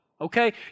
Okay